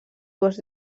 dues